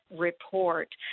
report